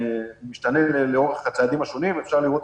שמשתנה לאורך הצעדים השונים ואפשר לראות